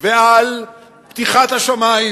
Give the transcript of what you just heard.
ועל פתיחת השמים,